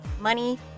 money